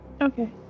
okay